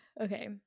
Okay